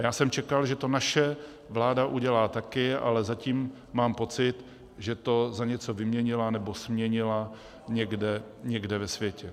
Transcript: A já jsem čekal, že to naše vláda udělá také, ale zatím mám pocit, že to za něco vyměnila nebo směnila někde ve světě.